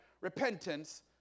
repentance